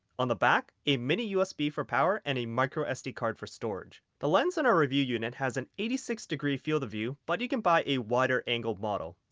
on the back, a mini usb for power and a microsd card for storage. the lens on a review unit has an eighty six degree field of view but you can buy a wider angle model.